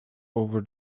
over